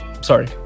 Sorry